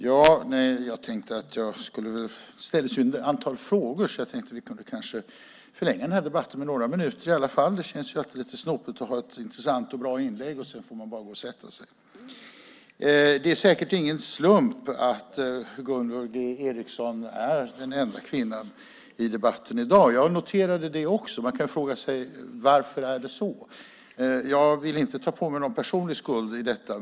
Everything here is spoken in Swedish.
Herr talman! Det ställdes ett antal frågor, så jag tänkte att vi kanske kan förlänga den här debatten med några minuter i alla fall. Det känns ju alltid lite snopet att göra ett intressant och bra inlägg och sedan bara få gå och sätta sig. Det är säkert ingen slump att Gunvor G Ericson är den enda kvinnan i debatten i dag, och jag noterade det också. Man kan fråga sig varför det är så. Jag vill inte ta på mig någon personlig skuld för detta.